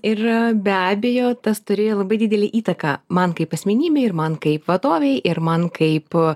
ir be abejo tas turėjo labai didelę įtaką man kaip asmenybei ir man kaip vadovei ir man kaip